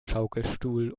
schaukelstuhl